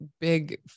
big